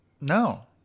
No